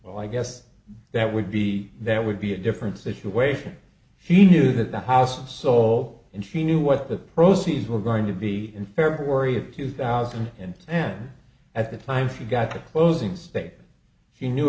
well i guess that would be that would be a different situation she knew that the house and so and she knew what the proceedings were going to be in february of two thousand and and at the time she got the